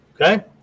okay